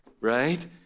right